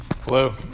Hello